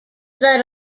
that